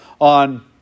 on